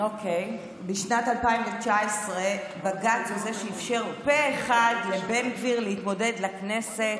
בשנת 2019 בג"ץ הוא שאפשר פה אחד לבן גביר להתמודד לכנסת,